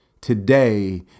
today